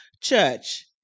church